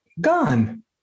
gone